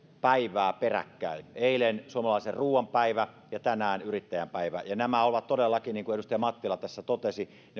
päivää peräkkäin eilen suomalaisen ruoan päivä ja tänään yrittäjän päivä ja nämä ovat todellakin niin kuin edustaja mattila tässä totesi